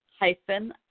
hyphen